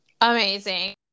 Amazing